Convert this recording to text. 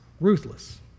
ruthless